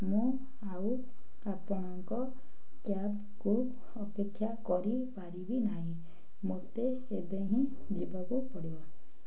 ମୁଁ ଆଉ ଆପଣଙ୍କ କ୍ୟାବ୍କୁ ଅପେକ୍ଷା କରିପାରିବି ନାହିଁ ମୋତେ ଏବେ ହିଁ ଯିବାକୁ ପଡ଼ିବ